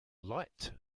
light